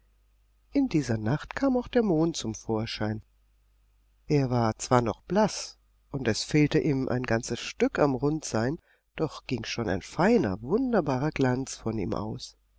in dieser nacht kam auch der mond zum vorschein er war zwar noch blaß und es fehlte ihm ein ganzes stück am rundsein doch ging schon ein feiner wunderbarer glanz von ihm aus